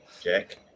Jack